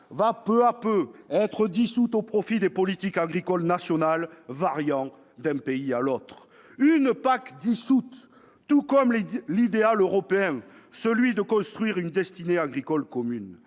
va peu à peu être dissoute au profit des politiques agricoles nationales, variant d'un pays à l'autre, tout comme va l'être l'idéal européen, qui était de construire une destinée agricole commune.